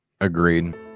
Agreed